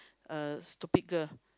a stupid girl